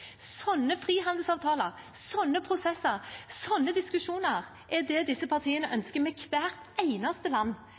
det disse partiene ønsker med hvert eneste land